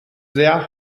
sehr